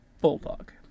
bulldog